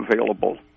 available